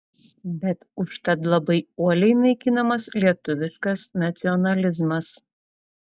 bet užtat labai uoliai naikinamas lietuviškas nacionalizmas